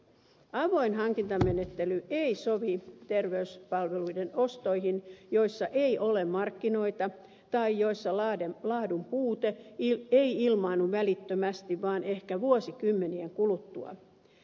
avoin hankintamenettely ei sovi terveyspalveluiden ostoihin joissa ei ole markkinoita tai joissa laadun puute ei ilmaannu välittömästi vaan ehkä vuosikymmenien kuluttua